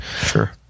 Sure